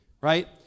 right